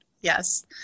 yes